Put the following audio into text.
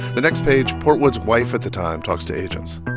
the next page, portwood's wife at the time talks to agents.